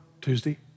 Tuesday